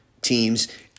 teams